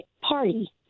party